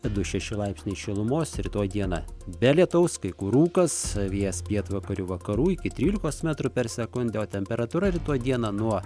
du šeši laipsniai šilumos rytoj diena be lietaus kai kur rūkas vėjas pietvakarių vakarų iki trylikos metrų per sekundę o temperatūra rytoj dieną nuo